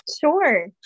Sure